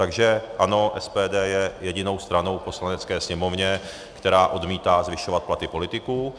Takže ano, SPD je jedinou stranou v Poslanecké sněmovně, která odmítá zvyšovat platy politiků.